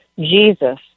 Jesus